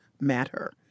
matter